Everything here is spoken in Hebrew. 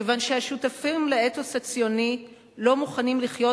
כיוון שהשותפים לאתוס הציוני לא מוכנים לחיות